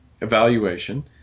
evaluation